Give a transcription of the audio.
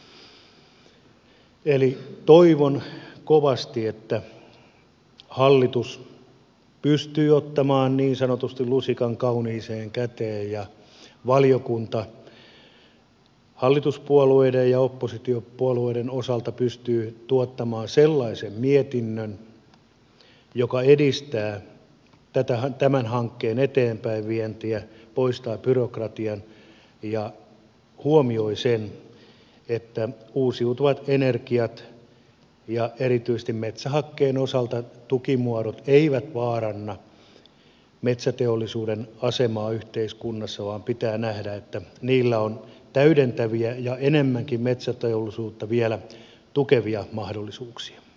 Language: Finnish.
toivon kovasti että hallitus pystyy ottamaan niin sanotusti lusikan kauniiseen käteen ja valiokunta hallituspuolueiden ja oppositiopuolueiden osalta pystyy tuottamaan sellaisen mietinnön joka edistää tämän hankkeen eteenpäinvientiä poistaa byrokratian ja huomioi sen että uusiutuvien energioiden ja erityisesti metsähakkeen osalta tukimuodot eivät vaaranna metsäteollisuuden asemaa yhteiskunnassa vaan pitää nähdä että niillä on täydentäviä ja enemmänkin metsäteollisuutta vielä tukevia mahdollisuuksia